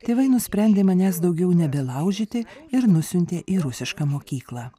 tėvai nusprendė manęs daugiau nebelaužyti ir nusiuntė į rusišką mokyklą